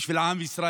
בשביל עם ישראל,